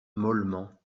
mollement